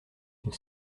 une